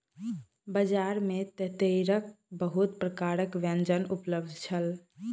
बजार में तेतैरक बहुत प्रकारक व्यंजन उपलब्ध छल